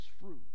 fruit